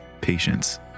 patience